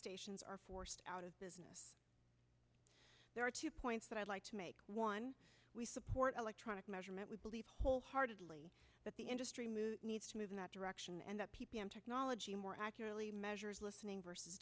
stations are forced out of business there are two points that i'd like to make one we support electronic measurement we believe wholeheartedly that the industry move needs to move in that direction and that p p m technology more accurately measures listening versus